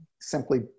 simply